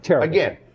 Again